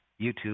YouTube